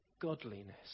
godliness